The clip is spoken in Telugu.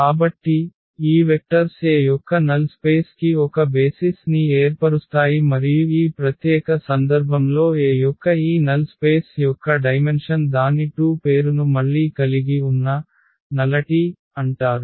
కాబట్టి ఈ వెక్టర్స్ A యొక్క నల్ స్పేస్ కి ఒక బేసిస్ ని ఏర్పరుస్తాయి మరియు ఈ ప్రత్యేక సందర్భంలో A యొక్క ఈ నల్ స్పేస్ యొక్క డైమెన్షన్ దాని 2 పేరును మళ్ళీ కలిగి ఉన్న శూన్యత అంటారు